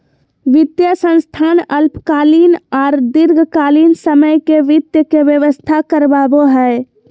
वित्तीय संस्थान अल्पकालीन आर दीर्घकालिन समय ले वित्त के व्यवस्था करवाबो हय